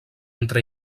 entre